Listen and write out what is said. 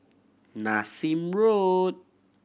Nassim Road